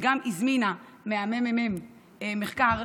וגם הזמינה מהממ"מ מחקר,